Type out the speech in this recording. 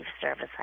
service